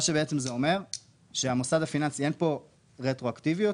זה אומר שאין כאן רטרואקטיביות,